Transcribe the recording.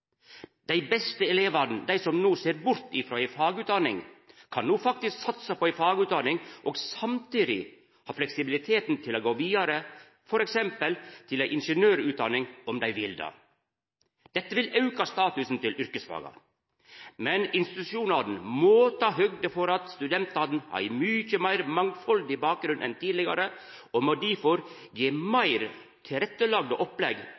Dei beste elevane, dei som ser bort frå ei fagutdanning, kan no faktisk satsa på ei fagutdanning og samtidig ha fleksibilitet til gå vidare til, for eksempel til ei ingeniørutdanning – om dei vil. Dette vil auka statusen til yrkesfaga. Men institusjonane må ta høgd for at studentane har mykje meir mangfaldig bakgrunn enn tidlegare, og må difor gje meir tilrettelagde opplegg